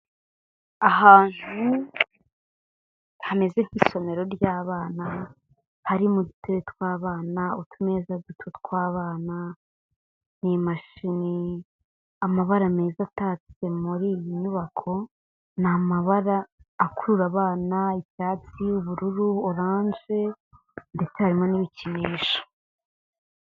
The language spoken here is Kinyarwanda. Ahantu hameze nk'isomero ry'abana, harimo udutebe tw'abana, utumeza duto tw'abana n'imashini, amabara meza atatse muri iyi nyubako ni amabara akurura abana, icyatsi, ubururu, orange ndetse harimo n'ibikinisho.